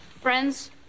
Friends